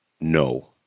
no